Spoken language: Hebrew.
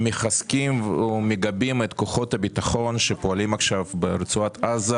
מחזקים ומגבים את כוחות הביטחון שפועלים עכשיו ברצועת עזה.